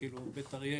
כאילו בית אריה,